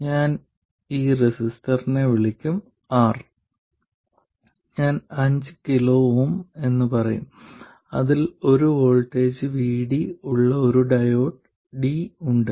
ഞാൻ ഈ റെസിസ്റ്ററിനെ വിളിക്കും R ഞാൻ 5 KΩ എന്ന് പറയും അതിൽ ഒരു വോൾട്ടേജ് VD ഉള്ള ഒരു ഡയോഡ് D ഉണ്ട്